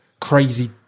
crazy